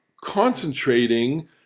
concentrating